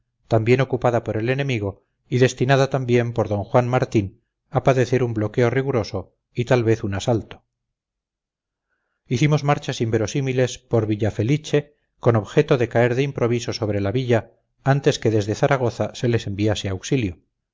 también ocupada por el enemigo y destinada también por d juan martín a padecer un bloqueo riguroso y tal vez un asalto hicimos marchas inverosímiles por villafeliche con objeto de caer de improviso sobre la villa antes que desde zaragoza se le enviase auxilio